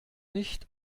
nicht